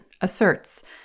asserts